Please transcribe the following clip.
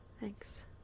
thanks